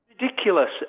Ridiculous